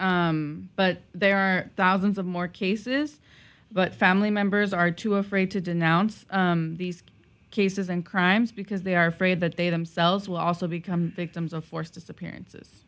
given but there are thousands of more cases but family members are too afraid to denounce these cases and crimes because they are afraid that they themselves will also become victims of forced disappearance